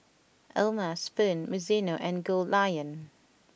O'ma Spoon Mizuno and Goldlion